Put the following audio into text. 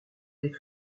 des